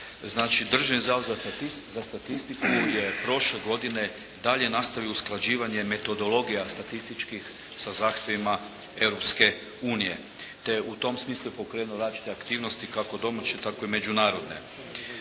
Znači državni Zavod za statistiku je prošle godine dalje nastavio usklađivanje metodologije statističkih sa zahtjevima Europske unije, te je u tom smislu i pokrenuo različite aktivnosti kako domaće tako i međunarodne.